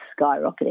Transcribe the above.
skyrocketing